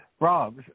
Rob